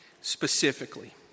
specifically